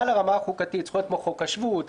לרמה החוקתית זכויות כמו חוק השבות,